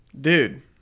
Dude